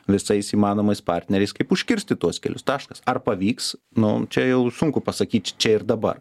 visais įmanomais partneriais kaip užkirsti tuos kelius taškas ar pavyks nu čia jau sunku pasakyt čia ir dabar